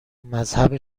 مذهب